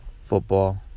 football